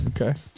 Okay